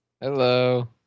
Hello